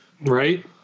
Right